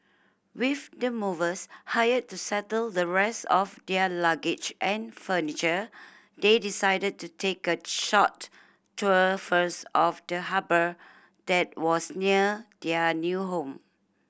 with the movers hired to settle the rest of their luggage and furniture they decided to take a short tour first of the harbour that was near their new home